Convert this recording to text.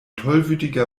tollwütiger